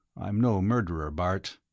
i'm no murderer, bart.